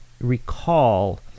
recall